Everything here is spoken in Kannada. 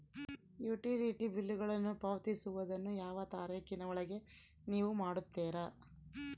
ಯುಟಿಲಿಟಿ ಬಿಲ್ಲುಗಳನ್ನು ಪಾವತಿಸುವದನ್ನು ಯಾವ ತಾರೇಖಿನ ಒಳಗೆ ನೇವು ಮಾಡುತ್ತೇರಾ?